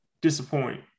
disappoint